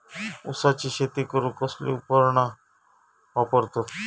ऊसाची शेती करूक कसली उपकरणा वापरतत?